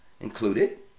Included